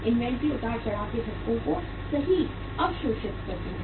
inventory उतार चढ़ाव के झटके को सही अवशोषित करती है